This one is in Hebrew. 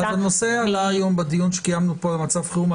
--- הנושא עלה היום בדיון שקיימנו פה על מצב החירום.